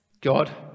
God